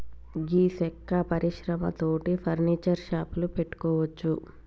గీ సెక్క పరిశ్రమ తోటి ఫర్నీచర్ షాపులు పెట్టుకోవచ్చు